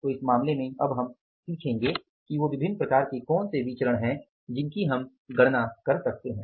तो इस मामले में अब हम सीखेंगे कि वो विभिन्न प्रकार के कौन से विचरण हैं जिनकी हम गणना कर सकते हैं